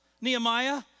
Nehemiah